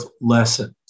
lessons